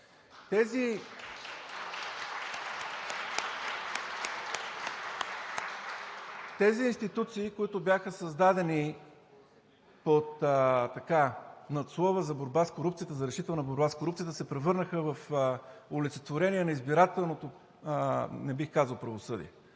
Тези институции, които бяха създадени под надслова „За решителна борба с корупцията“, се превърнаха в олицетворение на избирателното, не